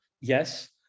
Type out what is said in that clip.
yes